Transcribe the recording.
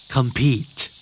Compete